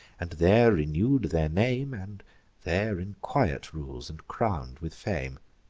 and there renew'd their name, and there in quiet rules, and crown'd with fame.